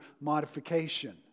modification